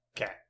Okay